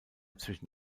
zwischen